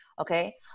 okay